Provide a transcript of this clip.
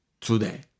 today